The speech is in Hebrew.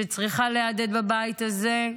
שצריכה להדהד בבית הזה,